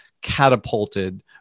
catapulted